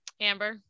Amber